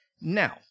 Now